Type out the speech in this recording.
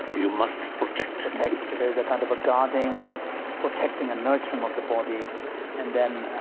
you must protect protect. so there's a kind of a guarding and protecting and nurturing of the body and then,